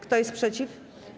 Kto jest przeciw?